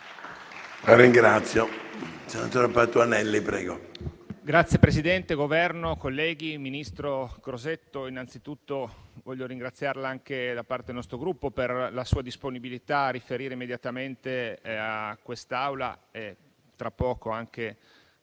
rappresentanti del Governo, colleghi, ministro Crosetto, innanzitutto desidero ringraziarla, anche da parte del nostro Gruppo, per la sua disponibilità a riferire immediatamente a quest'Aula e tra poco anche